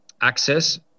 access